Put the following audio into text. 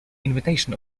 invitation